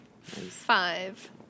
Five